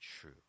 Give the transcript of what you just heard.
true